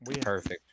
Perfect